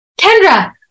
Kendra